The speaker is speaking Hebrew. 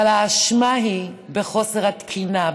אבל האשמה היא בחוסר התקינה,